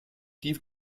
die